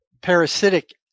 parasitic